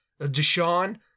Deshaun